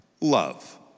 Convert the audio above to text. love